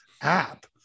app